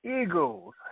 Eagles